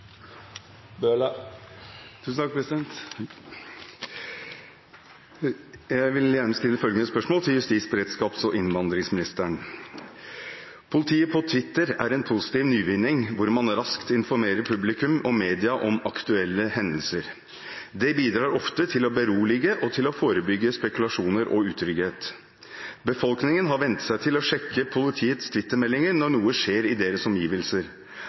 på Twitter er en positiv nyvinning hvor man raskt informerer publikum og media om aktuelle hendelser. Det bidrar ofte til å berolige og til å forebygge spekulasjoner og utrygghet. Befolkningen har vent seg til å sjekke politiets Twitter-meldinger når noe skjer i deres omgivelser.